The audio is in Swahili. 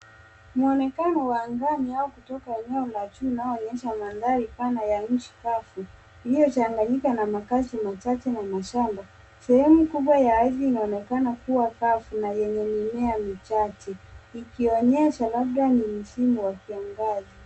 Mwonekano wa angani au kutoka eneo la juu unaonyesha mandhari pana ya nchi kavu, iliyochanganyika na makazi machache na mashamba. Sehemu kubwa ya ardhi inaonekana kuwa kavu na yenye mimea michache ikionyesha labda ni msimu wa kiangazi.